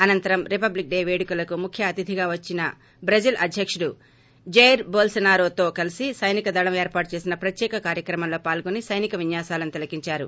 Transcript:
అనంతరం republic day పేడుకలకు ముఖ్య అతిధిగా వచ్చన బ్రెజిల్ అధ్యకుడు జయిర్ బొల్సనారోతో కలిసి సైనిక దళం ఏర్పాటు చేసిన ప్రత్యేక కార్యక్రమంలోపాల్గొని సైనిక విన్యాసాలను తిలకించారు